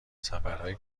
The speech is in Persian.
سفرهای